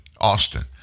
Austin